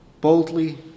Boldly